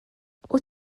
wyt